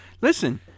Listen